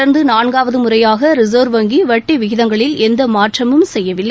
தொடர்ந்து நான்காவது முறையாக ரிசர்வ் வங்கி வட்டி விகிதங்களில் எந்த மாற்றமும் செய்யவில்லை